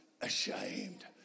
ashamed